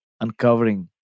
uncovering